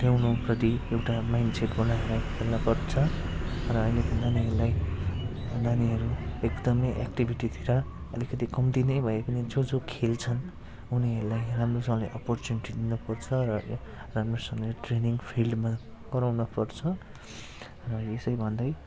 ल्याउनप्रति एउटा मान्छेको मिहिनेत हुनपर्छ र अहिलेको नानीहरूलाई नानीहरू एकदमै एक्टिभिटीतिर अलिकति कम्ती नै भए पनि जो जो खेल्छन् उनीहरूलाई राम्रोसँगले अपर्चुनिटी दिनुपर्छ र राम्रोसँगले ट्रेनिङ फिल्डमा गराउनुपर्छ र यसै भन्दै